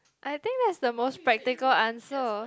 I think that's the most practical answer